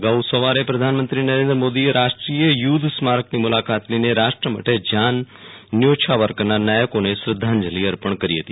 અગાઉ સવારે પ્રધાનમંત્રી નરેન્દ્ર મોદીએ રાષ્ટીય યુધ્ધ સ્મારકની મુલાકાત લઈને રાષ્ટ્ર માટે જાન ન્યોછાવર કરનાર નાયકોને શ્રધ્ધાંજલિ અર્પણ કરી હતી